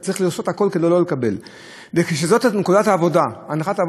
מתחזה או בין שבכלל, אנחנו צריכים לשלם כסף?